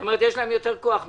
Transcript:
זאת אומרת, יש להם יותר כוח מאתנו.